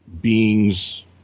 beings